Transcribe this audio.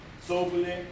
Soberly